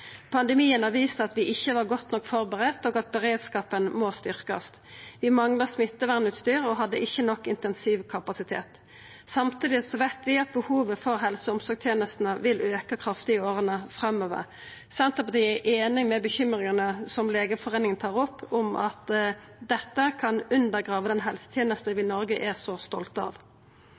Pandemien har vist at vi ikkje var godt nok forberedte, og at beredskapen må styrkast. Vi mangla smittevernutstyr og hadde ikkje nok intensivkapasitet. Samtidig veit vi at behovet for helse- og omsorgstenestene vil auka kraftig i åra framover. Senterpartiet er einig med Legeforeningen i bekymringane dei tar opp, om at dette kan undergrava den helsetenesta vi i Noreg er så stolte av.